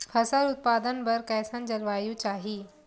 फसल उत्पादन बर कैसन जलवायु चाही?